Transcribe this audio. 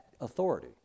authority